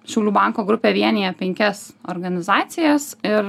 šiaulių banko grupė vienija penkias organizacijas ir